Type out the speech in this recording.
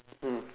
mm